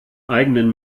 eigenen